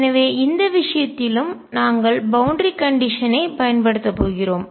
எனவே இந்த விஷயத்திலும் நாங்கள் பவுண்டரி கண்டிஷன் ஐ எல்லை நிபந்தனை பயன்படுத்தப் போகிறோம்